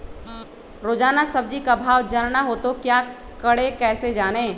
रोजाना सब्जी का भाव जानना हो तो क्या करें कैसे जाने?